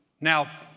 Now